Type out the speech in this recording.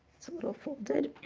it's a little folded.